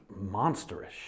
monsterish